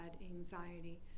anxiety